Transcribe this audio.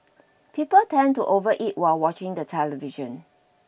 people tend to overeat while watching the television